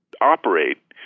operate